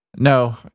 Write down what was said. No